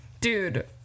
dude